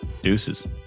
Deuces